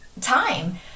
time